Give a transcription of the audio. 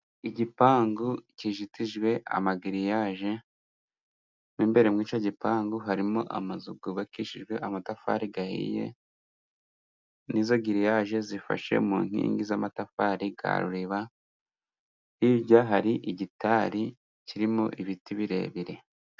Igipangu kijitijwe amagiriyaje, mo imbere mu gipangu harimo amazu yubakishijwe amatafari ahiye. Izo giriyaje zifashe mu nkingi z'amatafari ya reba, hirya hari gitari kirimo ibiti birebire.